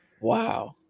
Wow